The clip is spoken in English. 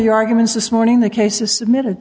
your arguments this morning the case is submitted